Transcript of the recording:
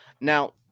now